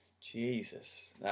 Jesus